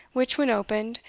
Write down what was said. which, when opened,